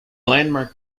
landmark